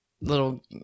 Little